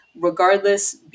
regardless